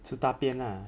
吃大便 lah